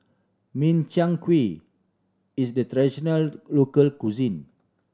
Min Chiang Kueh is the traditional local cuisine